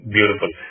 Beautiful